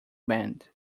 band